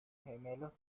gemelos